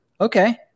Okay